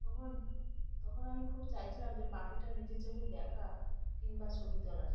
তখন তখন আমি খুব চাইছিলাম যে পাখিটা নিজের চোখে দেখা কিংবা ছবি তোলার